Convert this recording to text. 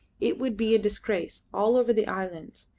it would be a disgrace. all over the islands.